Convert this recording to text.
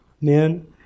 men